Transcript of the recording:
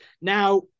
Now